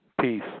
Peace